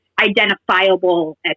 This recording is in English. identifiable